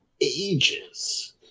ages